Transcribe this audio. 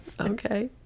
Okay